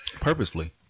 Purposefully